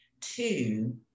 Two